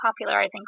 popularizing